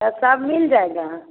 तो सब मिल जाएगा